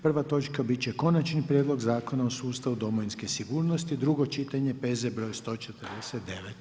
Prva točka bit će Konačni prijedlog Zakona o sustavu domovinske sigurnosti, drugo čitanje, P.Z. br. 149.